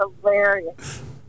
hilarious